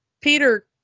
Peter